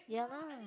yeah lah